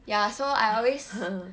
ya so I always